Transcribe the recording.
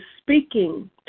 speaking